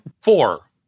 Four